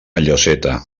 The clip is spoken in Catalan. lloseta